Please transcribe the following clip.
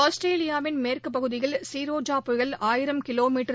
ஆஸ்திரேலியாவின் மேற்குப் பகுதியில் செரோஜா புயல் ஆயிரம் கிலோமீட்டர்